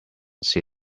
see